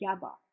GABA